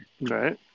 right